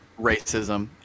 Racism